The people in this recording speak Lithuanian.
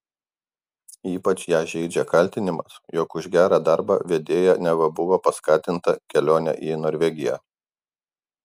ypač ją žeidžia kaltinimas jog už gerą darbą vedėja neva buvo paskatinta kelione į norvegiją